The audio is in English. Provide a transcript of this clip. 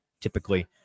typically